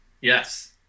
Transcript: Yes